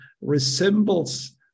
resembles